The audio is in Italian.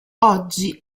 oggi